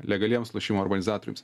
legaliems lošimo organizatoriams